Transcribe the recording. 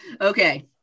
Okay